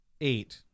eight